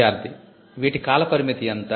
విద్యార్ధి వీటి కాల పరిమితి ఎంత